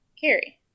carry